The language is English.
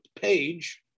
page